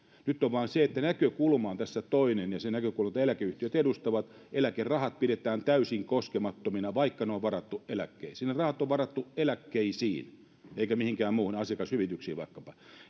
on vain se että näkökulma on tässä toinen ja siitä näkökulmasta jota eläkeyhtiöt edustavat eläkerahat pidetään täysin koskemattomina vaikka ne on varattu eläkkeisiin ne rahat on varattu eläkkeisiin eikä mihinkään muuhun asiakashyvityksiin vaikkapa